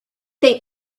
they